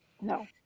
No